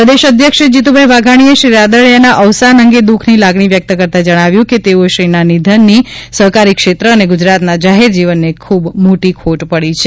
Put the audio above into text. પ્રદેશ અધ્યક્ષ શ્રી જીતુભાઇ વાઘાણીએ શ્રી રાદડિયાના અવસાન અંગે દુઃખની લાગણી વ્યક્ત કરતા જજ્ઞાવ્યું હતું કે તેઓશ્રીના નિધનથી સહકારી ક્ષેત્ર અને ગુજરાતના જાહેર જીવનને ખૂબ મોટી ખોટ પડી છે